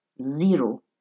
zero